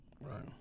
Right